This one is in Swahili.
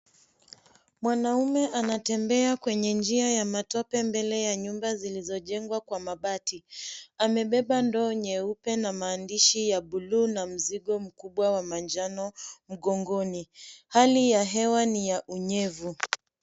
Mwanaume anatembea kwenye njia ya matope mbele ya nyumba zilizojengwa kwa mabati. Amebeba ndoo nyeupe na maandishi ya buluu na mzigo mkubwa wa manjano mgongoni. Hali ya hewa ni ya unyevu.